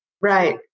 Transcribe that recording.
Right